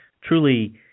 truly